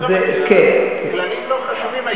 הכללים לא חשובים,